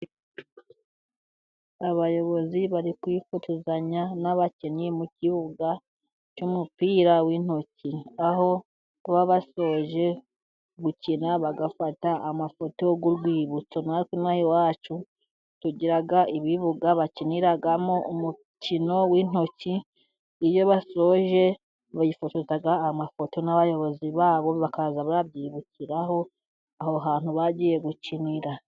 Abayobozi bari kwifotozanya n'abakinnyi mu kibuga cy'umupira w'intoki. Aho baba basoje gukina bagafata amafoto y'urwibutso. Natwe inaha iwacu tugira ibibuga bakiniramo umukino w'intoki, iyo basoje bifotoza amafoto n'abayobozi babo bakazajya babyibukiraho aho hantu bagiye gukinira.